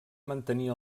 mantenir